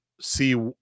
see